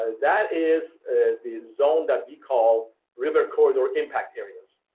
ah that is the zone that we call river corridor impact areas.